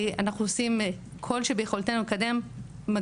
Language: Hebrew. אנחנו עושים כל שביכולתנו לקדם.